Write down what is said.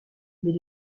mais